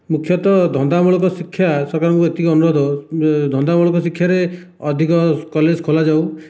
ମୁଖ୍ୟତଃ ଧନ୍ଦାମୂଳକ ଶିକ୍ଷା ସରକାରଙ୍କୁ ଏତିକି ଅନୁରୋଧ ଧନ୍ଦାମୂଳକ ଶିକ୍ଷାରେ ଅଧିକ କଲେଜ ଖୋଲାଯାଉ